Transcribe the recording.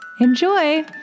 Enjoy